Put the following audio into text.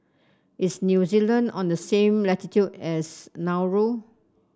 is New Zealand on the same latitude as Nauru